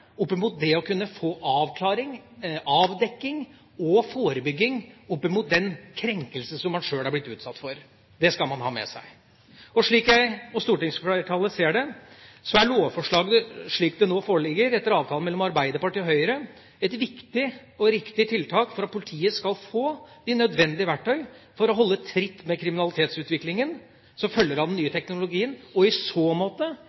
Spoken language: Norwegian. opp mot det å kunne få en avklaring, avdekking og forebygging opp mot den krenkelse som man sjøl er blitt utsatt for. Det skal man ha med seg. Slik jeg og stortingsflertallet ser det, er lovforslaget slik det nå foreligger, etter avtale mellom Arbeiderpartiet og Høyre, et viktig og riktig tiltak for at politiet skal få de nødvendige verktøy for å holde tritt med kriminalitetsutviklingen som følger av den nye teknologien, og i så måte